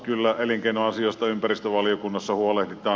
kyllä elinkeinoasioista ympäristövaliokunnassa huolehditaan